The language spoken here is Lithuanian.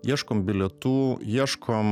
ieškom bilietų ieškom